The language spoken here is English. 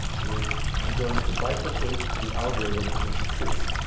is i'm going to bifurcate the algorithm into two.